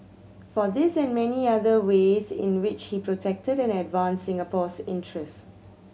for this and many other ways in which he protected and advanced Singapore's interest